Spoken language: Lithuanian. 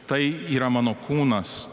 tai yra mano kūnas